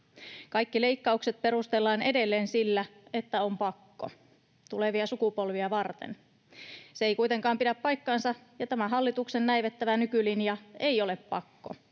Kaikki leikkaukset perustellaan edelleen sillä, että on pakko, tulevia sukupolvia varten. Se ei kuitenkaan pidä paikkaansa, ja tämä hallituksen näivettävä nykylinja ei ole pakko.